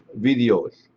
videos,